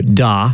da